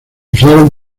usaron